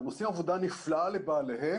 הם עושים עבודה נפלאה לבעליהם